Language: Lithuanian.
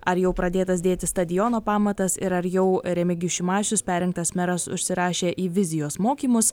ar jau pradėtas dėti stadiono pamatas ir ar jau remigijus šimašius perrinktas meras užsirašė į vizijos mokymus